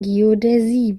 geodäsie